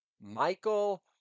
Michael